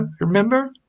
remember